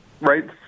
right